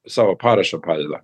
savo parašą padeda